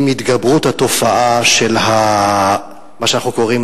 עם התגברות התופעה של מה שאנחנו קוראים